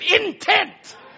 intent